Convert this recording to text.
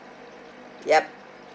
yup